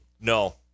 No